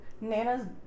Nana's